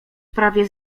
prawie